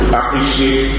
appreciate